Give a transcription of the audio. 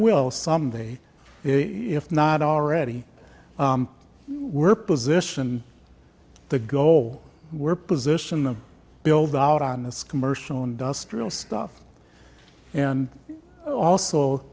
will some day if not already we're position the goal we're positioned to build out on this commercial industrial stuff and also